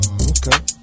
okay